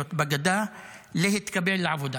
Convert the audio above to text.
הפלסטיניות בגדה להתקבל לעבודה,